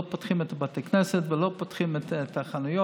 לא פותחים את בתי הכנסת ולא פותחים את החנויות.